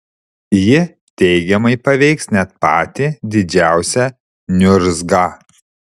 ji teigiamai paveiks net patį didžiausią niurzgą